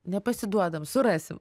nepasiduodam surasim